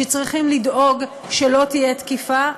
שצריכים לדאוג שלא תהיה תקיפה,